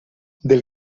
del